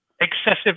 excessive